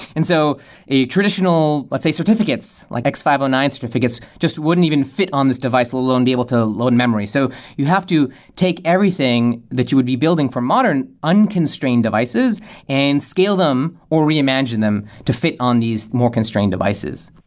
and so a traditional, let's say certificates, like x five zero nine certificates just wouldn't even fit on this device alone and be able to load memory. so you have to take everything that you would be building for modern unconstrained devices and scale them, or reimagine them to fit on these more constrained devices